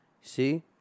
see